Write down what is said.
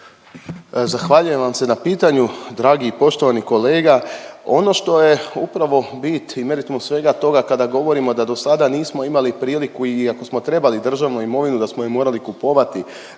Zahvaljujem vam se na pitanju, dragi i poštovani kolega. Ono što je upravo bit i meritum svega toga, kada govorimo da do sada nismo imali priliku i, ako smo trebali državnu imovinu, da smo ju morali kupovati,